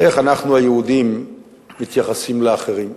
איך אנחנו היהודים מתייחסים לאחרים.